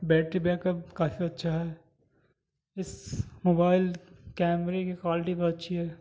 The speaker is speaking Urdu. بیٹری بیک اپ کافی اچھا ہے اس موبائل کیمرے کی کوائلٹی بہت اچھی ہے